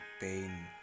pain